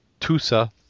TUSA